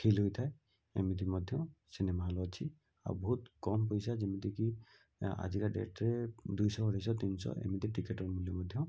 feel ହୋଇଥାଏ ଏମିତି ମଧ୍ୟ ସିନେମା ହଲ୍ ଅଛି ଆଉ ବହୁତ କମ୍ ପଇସା ଯେମିତିକି ଆଜିକା ଡ଼େଟ୍ରେ ଦୁଇଶହ ଅଢ଼େଇଶ ତିନିଶହ ଏମିତି ଟିକେଟ୍ ମୂଲ୍ୟ ମଧ୍ୟ